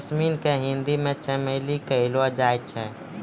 jasmine के हिंदी मे चमेली कहलो जाय छै